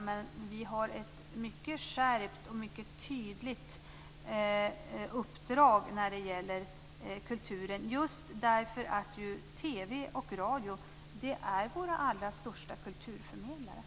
Jag vill dock framhålla att vi har ett mycket skärpt och tydligt uppdrag när det gäller kulturen, just därför att TV och radio är våra allra största kulturförmedlare.